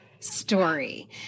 Story